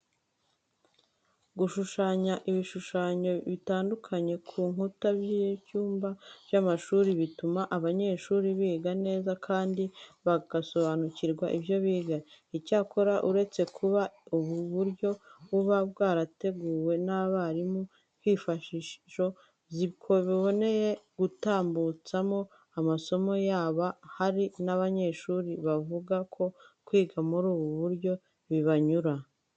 Gushushanya ibishushanyo bitandukanye ku nkuta z'ibyumba by'amashuri bituma abanyeshuri biga neza kandi bagasobanukirwa ibyo biga. Icyakora uretse kuba ubu buryo buba bwarateguwe n'abarimu nk'imfashanyigisho ziborohereza gutambutsamo amasomo yaba, hari n'abanyeshuri bavuga ko kwiga muri ubu buryo bibanyura.